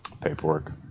paperwork